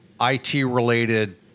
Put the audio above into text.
IT-related